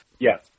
Yes